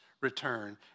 return